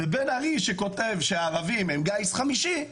ובן ארי שכותב שהערבים הם גיס חמישי,